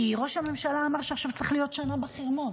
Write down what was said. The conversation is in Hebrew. ראש הממשלה אמר שעכשיו צריך להיות שנה בחרמון.